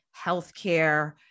healthcare